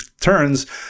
turns